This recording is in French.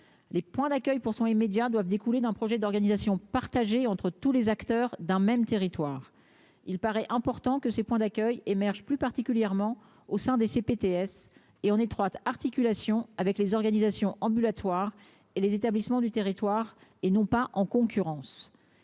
les points d'accueil pour son immédiats doivent découler d'un projet d'organisation partagé entre tous les acteurs d'un même territoire, il paraît important que ces points d'accueil émerge plus particulièrement au sein des C Pts et en étroite articulation avec les organisations ambulatoire et les établissements du territoire, et non pas en concurrence,